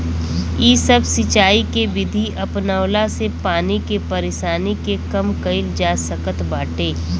इ सब सिंचाई के विधि अपनवला से पानी के परेशानी के कम कईल जा सकत बाटे